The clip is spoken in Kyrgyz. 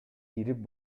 кирип